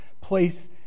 place